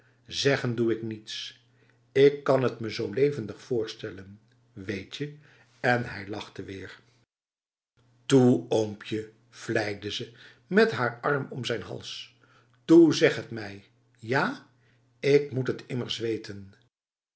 zeggen doe ik niets ik kan t me zo levendig voorstellen weet je en hij lachte weer toe oompje vleide ze met haar arm om zijn hals toe zeg het mij ja ik moet het immers weten